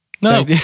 no